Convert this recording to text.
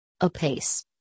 apace